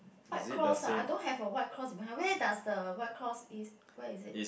white cloth ah I don't have a white cloth in my house where does the white cloth is where is it